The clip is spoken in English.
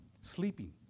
sleeping